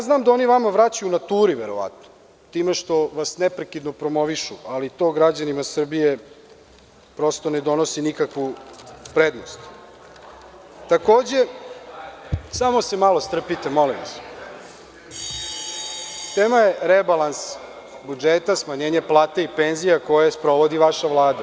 Znam da oni vama vraćaju u naturi verovatno time što vas neprekidno promovišu, ali to građanima Srbije prosto ne donosi nikakvu prednost. (Narodni poslanik Zoran Babić, s mesta: Da li je to tema?) Tema je rebalans budžeta, smanjenje plata i penzija koje sprovodi vaša Vlada.